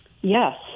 Yes